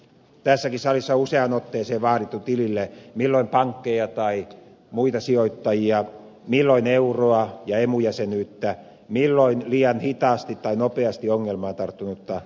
tässäkin salissa on useaan otteeseen vaadittu tilille milloin pankkeja tai muita sijoittajia milloin euroa ja emu jäsenyyttä milloin liian hitaasti tai nopeasti ongelmaan tarttunutta euroopan unionia